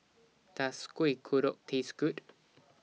Does Kuih Kodok Taste Good